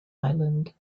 island